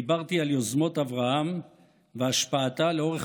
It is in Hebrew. דיברתי על יוזמות אברהם והשפעתן לאורך